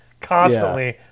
constantly